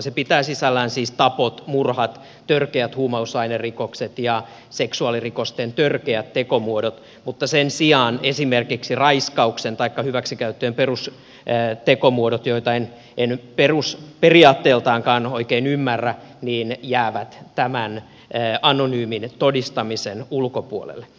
se pitää sisällään siis tapot murhat törkeät huumausainerikokset ja seksuaalirikosten törkeät tekomuodot mutta sen sijaan esimerkiksi raiskauksen taikka hyväksikäyttöjen perustekomuodot joita en perusperiaatteiltaankaan oikein ymmärrä jäävät tämän anonyymin todistamisen ulkopuolelle